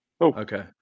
Okay